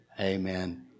Amen